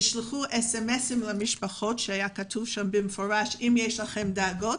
נשלחו אס אם אסים למשפחות שבהם נכתב במפורש שאם יש להם דאגות,